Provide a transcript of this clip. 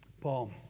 Paul